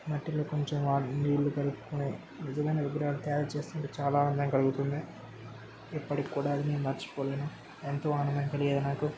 మట్టిలో కొంచెం నీళ్ళు కలుపుకుని నిజమైన విగ్రహాలు తయారు చేస్తుంటే చాలా ఆనందం కలుగుతుంది ఇప్పటికి కూడా నేను మర్చిపోలేను ఎంతో ఆనందం కలిగేది నాకు